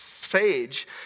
sage